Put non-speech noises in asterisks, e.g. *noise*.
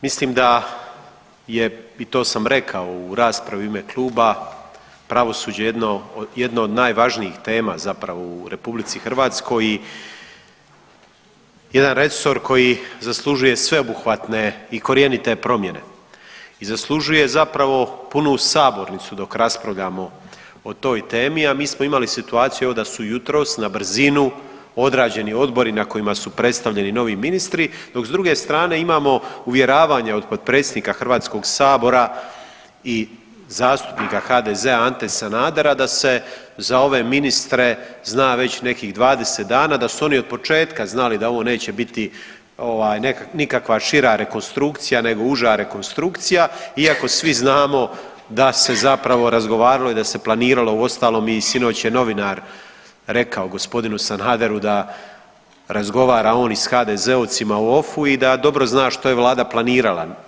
Mislim da je i to sam rekao u raspravi u ime kluba, pravosuđe jedno od najvažnijih tema zapravo u RH i jedan resor koji zaslužuje sveobuhvatne i korijenite promjene i zaslužuje zapravo punu sabornicu dok raspravljamo o toj temi, a mi smo imali situaciju evo, da su jutros na brzinu odrađeni odbori na kojima su predstavljeni novi ministri, dok s druge strane, imamo uvjeravanje od potpredsjednika HS-a i zastupnika HDZ-a Ante Sanadera, da se za ove ministre zna već nekih 20 dana, da su oni od početka znali da ovo neće biti nikakva šira rekonstrukcija, nego uža rekonstrukcija iako svi znamo da se zapravo razgovaralo i da se planiralo, uostalom, i sinoć je novinar rekao g. Sanaderu da razgovara on i s HDZ-ovcima o ... *unintelligible* i da dobro zna što je Vlada planirala.